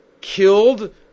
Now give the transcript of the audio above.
killed